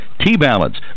T-Balance